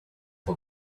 but